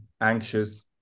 anxious